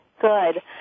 Good